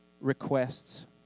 requests